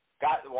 Got